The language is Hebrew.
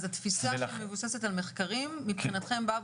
אז התפיסה שמבוססת על מחקרים מבחינתכם באה